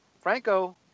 Franco